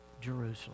Jerusalem